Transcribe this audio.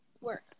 Work